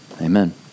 Amen